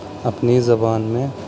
اپنی زبان میں